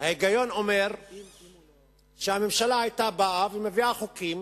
ההיגיון אומר שהממשלה היתה באה ומביאה חוקים